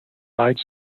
side